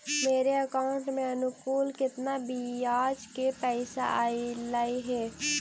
मेरे अकाउंट में अनुकुल केतना बियाज के पैसा अलैयहे?